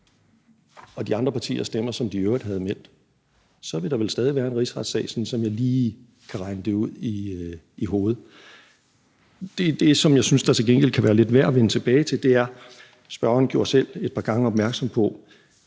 at de andre partier stemte, som de i øvrigt havde meldt. Så ville der vel stadig væk være en rigsretssag, sådan som jeg lige kan regne det ud i hovedet. Det, som jeg til gengæld synes kan være værd at vende tilbage til, er – spørgeren gjorde selv et par gange opmærksom på